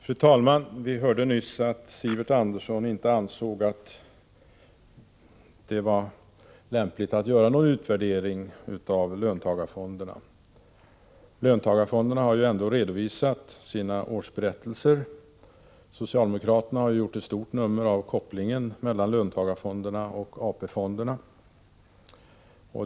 Fru talman! Vi hörde nyss att Sivert Andersson inte ansåg att det var lämpligt att göra någon utvärdering av löntagarfonderna. Löntagarfonderna har ju ändå redovisat sina årsberättelser, och socialdemokraterna har gjort ett stort nummer av kopplingen mellan löntagarfonderna och AP-fonderna.